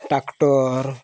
tractor